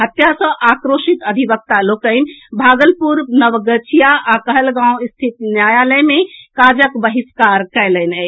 हत्या सँ आक्रोशित अधिवक्ता लोकनि भागलपुर नवगछिया आ कहलगांव स्थित न्यायालय मे काजक बहिष्कार कएलनि अछि